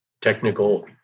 technical